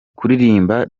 kuririmba